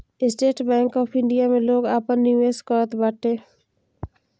estate Bank of India में लोग आपन निवेश करत बाटे